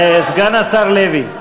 סגן השר לוי,